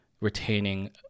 retaining